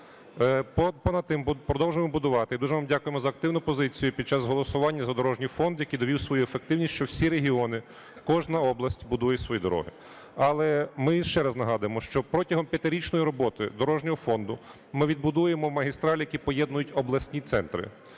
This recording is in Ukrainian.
продовжуємо будувати, і дуже вам дякуємо за активну позицію під час голосування за дорожній фонд, який довів свою ефективність, що всі регіони, кожна область будує свої дороги. Але ми ще раз нагадуємо, що протягом п'ятирічної роботи дорожнього фонду ми відбудуємо магістралі, які поєднують обласні центри